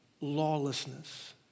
lawlessness